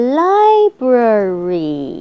library